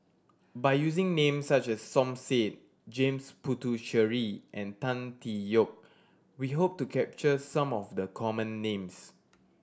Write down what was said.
by using names such as Som Said James Puthucheary and Tan Tee Yoke we hope to capture some of the common names